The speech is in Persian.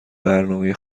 برنامه